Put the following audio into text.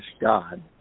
God